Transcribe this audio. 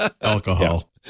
Alcohol